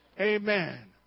Amen